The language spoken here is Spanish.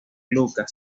lucca